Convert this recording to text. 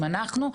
אם אנחנו,